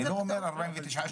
אני לא אומר, 49 שקלים.